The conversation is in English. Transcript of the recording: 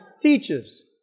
teaches